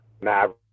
Mavericks